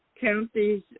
counties